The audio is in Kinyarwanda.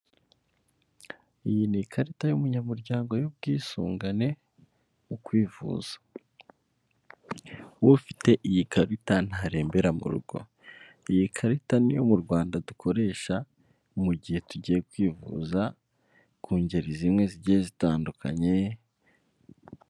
Iyi ni ikarita y'umunyamuryango y'ubwisungane mu kwivuza, ufite iyi karita ntarembera mu rugo, iyi karita niyo mu Rwanda dukoresha mu gihe tugiye kwivuza ku ngeri zimwe zigiye zitandukanye.